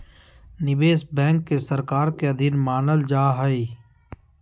निवेश बैंक के सरकार के अधीन मानल जा हइ